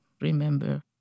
remember